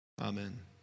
Amen